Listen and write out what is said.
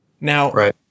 Now